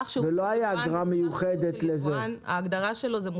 לא הייתה לזה אגרה מיוחדת.